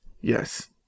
Yes